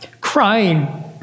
crying